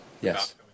Yes